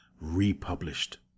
republished